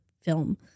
film